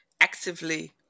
actively